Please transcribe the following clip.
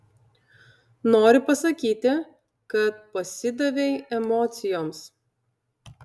nori pasakyti kad pasidavei emocijoms